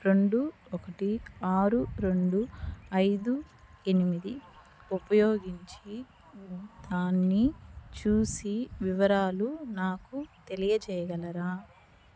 రెండు ఒకటి ఆరు రెండు ఐదు ఎనిమిది ఉపయోగించి దాన్ని చూసి వివరాలు నాకు తెలియచెయ్యగలరా